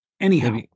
Anyhow